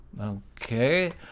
Okay